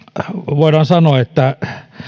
voidaan sanoa että